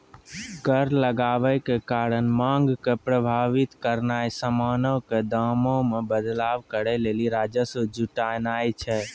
कर लगाबै के कारण मांग के प्रभावित करनाय समानो के दामो मे बदलाव करै लेली राजस्व जुटानाय छै